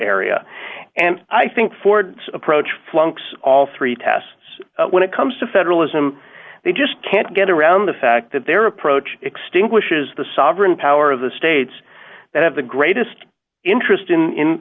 area and i think ford's approach flunks all three tests when it comes to federalism they just can't get around the fact that their approach extinguishes the sovereign power of the states that have the greatest interest in